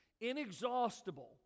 Inexhaustible